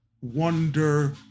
wonder